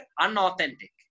unauthentic